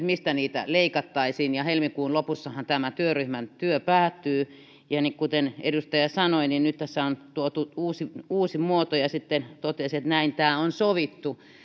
mistä niitä leikattaisiin ja helmikuun lopussahan tämän työryhmän työ päättyy ja kuten edustaja sanoi niin nyt tässä on tuotu uusi uusi muoto ja sitten hän totesi että näin tämä on sovittu